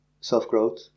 self-growth